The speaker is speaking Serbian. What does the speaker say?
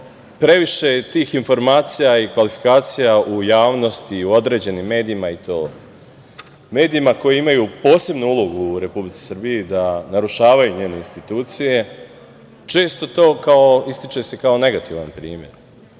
previše tih informacija i kvalifikacija u javnosti, u određenim medijima, i to medijima koji imaju posebnu ulogu u Republici Srbiji, da narušavaju njene institucije. Često se to ističe kao negativan primer,